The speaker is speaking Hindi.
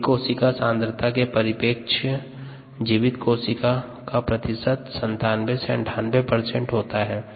जीवित कोशिका सांद्रता के परिपेक्ष्य जीवित कोशिका का प्रतिशत 97 से 98 होता है